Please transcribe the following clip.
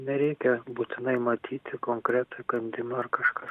nereikia būtinai matyti konkretų įkandimą ar kažkaš